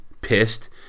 pissed